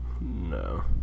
No